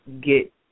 get